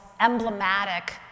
emblematic